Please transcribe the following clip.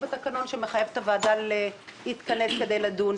בתקנון שמחייב את הוועדה להתכנס כדי לדון.